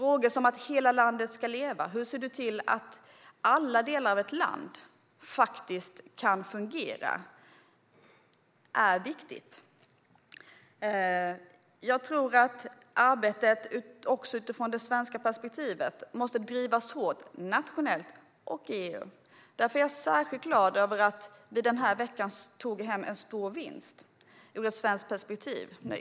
Hur ser man till att hela landet och att alla delar i ett land ska leva och fungera? Arbetet från det svenska perspektivet måste drivas hårt nationellt och i EU. Därför är jag särskilt glad över att vi den här veckan tog hem en stor vinst från ett svenskt perspektiv.